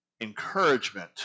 encouragement